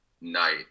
night